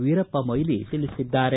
ವೀರಪ್ಪಮೊಯ್ಲಿ ತಿಳಿಸಿದ್ದಾರೆ